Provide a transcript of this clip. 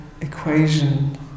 equation